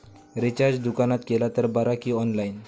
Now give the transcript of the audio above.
Recharge दुकानात केला तर बरा की ऑनलाइन?